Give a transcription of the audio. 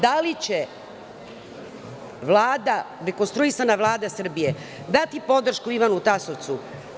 Da li će rekonstruisana Vlada Srbije dati podršku Ivanu Tasovcu?